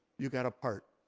you got a part.